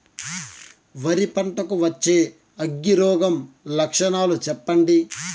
వరి పంట కు వచ్చే అగ్గి రోగం లక్షణాలు చెప్పండి?